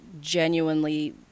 genuinely